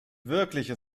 wirkliche